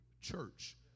church